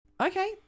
Okay